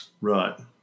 Right